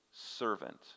servant